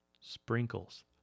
sprinkles